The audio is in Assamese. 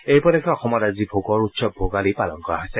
এই উপলক্ষে অসমত আজি ভোগৰ উৎসৱ ভোগালী পালন কৰা হৈছে